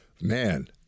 man